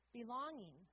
belonging